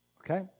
okay